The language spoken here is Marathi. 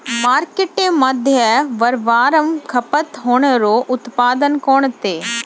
मार्केटमध्ये वारंवार खपत होणारे उत्पादन कोणते?